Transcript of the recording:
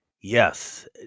Yes